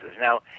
Now